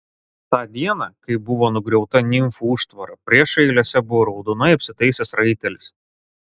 tą dieną kai buvo nugriauta nimfų užtvara priešo eilėse buvo raudonai apsitaisęs raitelis